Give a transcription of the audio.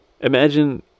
imagine